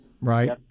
right